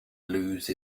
lose